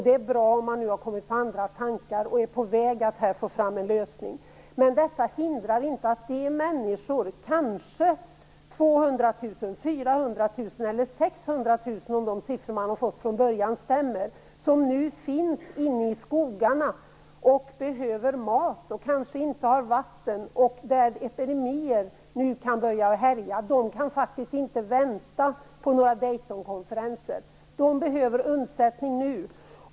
Det är bra om man nu har kommit på andra tankar och är på väg att få fram en lösning. Men detta hindrar inte att de människor - kanske 200 000, 400 000 eller 600 000 om de siffror man har fått från början stämmer - som finns inne i skogarna, behöver mat och kanske inte har vatten, och bland vilka epidemier nu kan börja härja, faktiskt inte kan vänta på några Daytonkonferenser. De behöver undsättning nu.